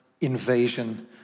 invasion